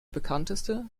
bekannteste